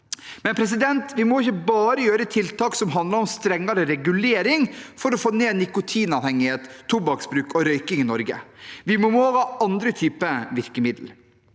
Samtidig må vi ikke bare gjøre tiltak som handler om strengere regulering for å få ned nikotinavhengighet, tobakksbruk og røyking i Norge. Vi må også ha andre typer virkemidler.